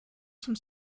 some